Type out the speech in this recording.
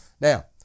Now